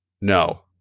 No